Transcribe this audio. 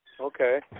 Okay